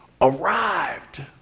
arrived